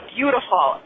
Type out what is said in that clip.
Beautiful